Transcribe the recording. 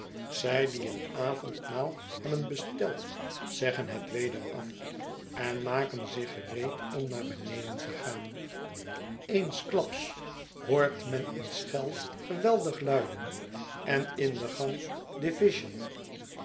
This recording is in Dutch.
zij die een avondmaal hebben besteld zeggen het weder af en maken zich gereed om naar beneden te gaan eensklaps hoort men een schel geweldig luiden en in den gang division